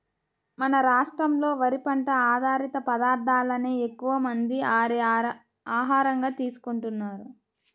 మన రాష్ట్రంలో వరి పంట ఆధారిత పదార్ధాలనే ఎక్కువమంది వారి ఆహారంగా తీసుకుంటున్నారు